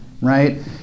right